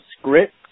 script